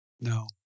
No